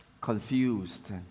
confused